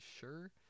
sure